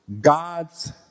God's